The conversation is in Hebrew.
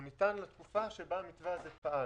הוא ניתן לתקופה שבה המתווה הזה פעל.